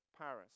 Paris